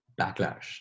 backlash